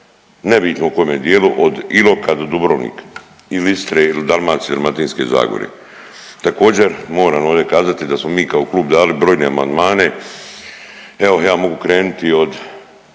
nebitno u kome dijelu od Iloka do Dubrovnika ili Istre ili Dalmacije i Dalmatinske zagore. Također moram ovdje kazati da smo mi kao klub dali brojne amandmane, evo ja mogu krenuti od